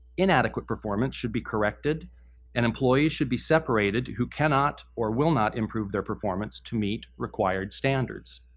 inadequate performance should be corrected and employees should be separated who cannot or will not improve their performance to meet required standards.